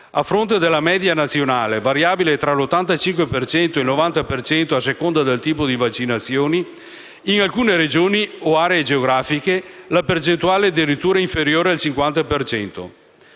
a fronte della media nazionale variabile tra l'85 e il 90 per cento a seconda del tipo di vaccinazione, in alcune Regioni o aree geografiche la percentuale è addirittura inferiore al 50